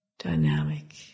dynamic